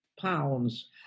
pounds